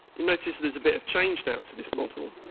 you notice there's a bit of change now to this model.